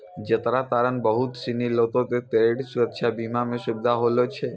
जेकरा कारण बहुते सिनी लोको के क्रेडिट सुरक्षा बीमा मे सुविधा होलो छै